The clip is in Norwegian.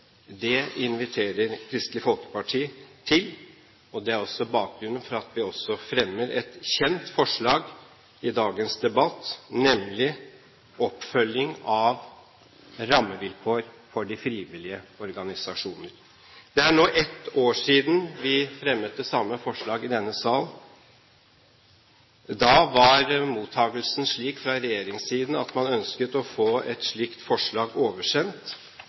Det inviterer Kristelig Folkeparti til. Det er også bakgrunnen for at vi også fremmer et kjent forslag i dagens debatt, nemlig oppfølging av rammevilkår for de frivillige organisasjoner. Det er nå ett år siden vi fremmet det samme forslag i denne sal. Da var mottakelsen slik fra regjeringssiden at man ønsket å få et slikt forslag oversendt.